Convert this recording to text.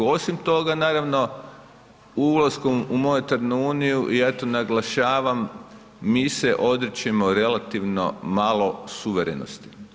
Osim toga naravno ulaskom u monetarnu uniju, ja to naglašavam, mi se odričemo relativno malo suverenosti.